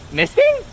missing